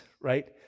right